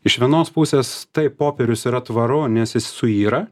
iš vienos pusės taip popierius yra tvaru nes jis suyra